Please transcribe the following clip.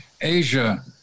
Asia